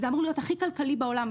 זה אמור להיות הכי כלכלי בעולם.